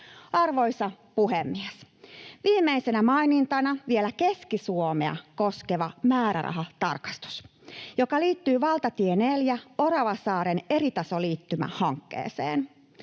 Arvoisa puhemies! Viimeisenä mainintana vielä Keski-Suomea koskeva määrärahatarkastus, joka liittyy valtatie 4:n Oravasaaren eritasoliittymähankkeeseen.